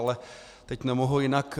Ale teď nemohu jinak.